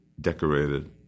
decorated